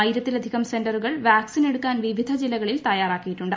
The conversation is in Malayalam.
ആയിര്യ്തില്ധികം സെന്ററുകൾ വാക് സിനെടുക്കാൻ വിവിധ ജില്ലക്ളിൽ തയ്യാറാക്കിയിട്ടുണ്ട്